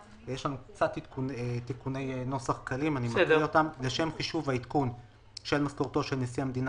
2. לשם חישוב עדכון משכורתו של נשיא המדינה